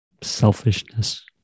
selfishness